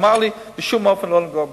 הוא אמר לי ולשר האוצר שבשום אופן לא לפגוע בסל.